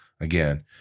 again